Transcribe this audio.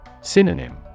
Synonym